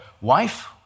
wife